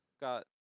Got